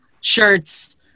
shirts